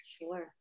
Sure